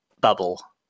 bubble